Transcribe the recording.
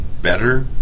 better